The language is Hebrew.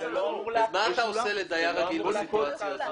מה אתה עושה לדייר רגיל בסיטואציה הזאת?